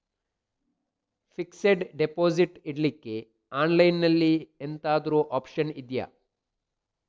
Fixed deposit ಇಡ್ಲಿಕ್ಕೆ online ಅಲ್ಲಿ ಎಂತಾದ್ರೂ ಒಪ್ಶನ್ ಇದ್ಯಾ?